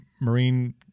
Marine